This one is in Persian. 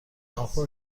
آبها